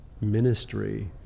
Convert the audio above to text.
ministry